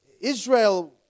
Israel